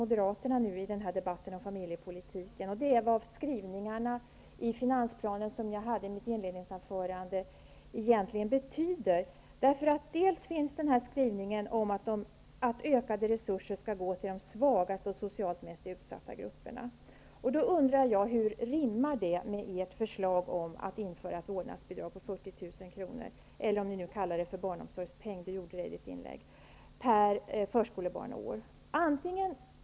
Moderaterna i den här debatten, vill jag fråga henne. Vad betyder egentligen skrivningen i finansplanen, som jag tog upp i mitt inledningsanförande? Det finns en skrivning om att ökade resurser skall gå till de svagaste och socialt mest utsatta grupperna. Hur rimmar det med ert förslag om att införa ett vårdnadsbidrag på 40 000 kr. -- eller om ni nu vill kalla det för barnomsorgspeng -- per förskolebarn och år?